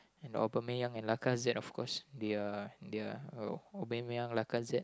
and Aubanmeyang and Lacazette of course they're they're Aubanmeyang Lacazette